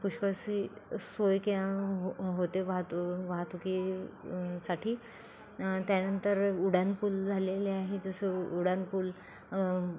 पुष्कळशी सोय क्या हो होते वाहतू वाहतुकी साठी त्यानंतर उदानपूल झालेले आहे जसं उडानपूल